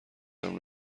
جمع